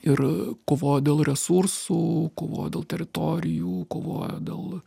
ir kovojo dėl resursų kovojo dėl teritorijų kovojo dėl